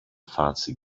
fancy